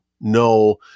no